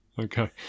Okay